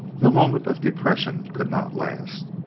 the moment of depression could not last,